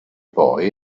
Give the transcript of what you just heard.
poi